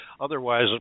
otherwise